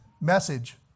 message